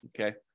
Okay